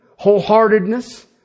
wholeheartedness